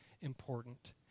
important